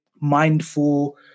mindful